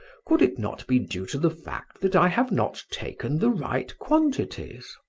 could it not be due to the fact that i have not taken the right quantities?